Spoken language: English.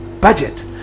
budget